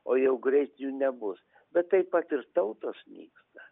o jau greit jų nebus bet taip pat ir tautos nyksta